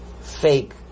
fake